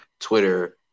Twitter